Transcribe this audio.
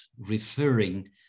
referring